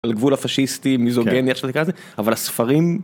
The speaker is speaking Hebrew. על גבול הפשיסטי מיזוגני איך שלא תקרא לזה אבל הספרים.